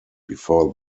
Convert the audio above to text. before